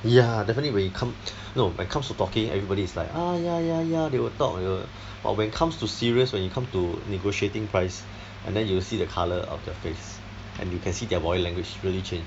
ya definitely when it come no when it comes to talking everybody's like oh ya ya ya they will talk they will but when it comes to serious when you come to negotiating price and then you will see the colour of their face and you can see their body language really change